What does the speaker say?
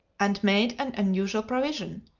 and made an unusual provision.